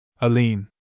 Aline